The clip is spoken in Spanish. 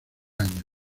año